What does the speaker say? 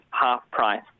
half-price